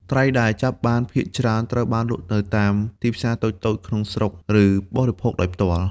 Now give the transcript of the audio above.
ត្រីដែលចាប់បានភាគច្រើនត្រូវបានលក់នៅតាម ទីផ្សារតូចៗ ក្នុងស្រុក ឬបរិភោគដោយផ្ទាល់។